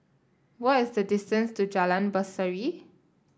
what is the distance to Jalan Berseri